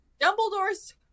Dumbledore's